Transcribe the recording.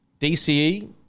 DCE